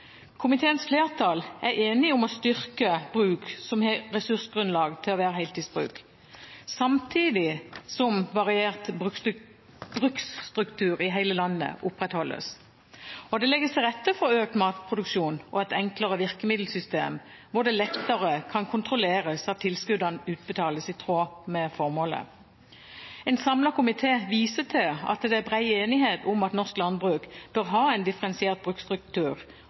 Komiteens flertall er enige om å styrke bruk som har ressursgrunnlag til å være heltidsbruk, samtidig som variert bruksstruktur i hele landet opprettholdes. Det legges også til rette for økt matproduksjon og et enklere virkemiddelsystem, hvor det lettere kan kontrolleres at tilskuddene utbetales i tråd med formålet. En samlet komité viser til at det er bred enighet om at norsk landbruk bør ha en differensiert bruksstruktur,